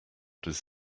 does